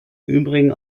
übrigen